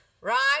Right